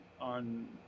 on